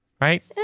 Right